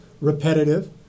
repetitive